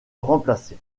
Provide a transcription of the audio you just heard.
remplacer